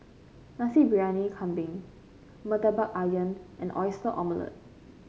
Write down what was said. Nasi Briyani Kambing murtabak ayam and Oyster Omelette